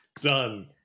Done